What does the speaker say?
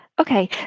Okay